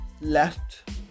left